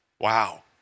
Wow